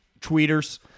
tweeters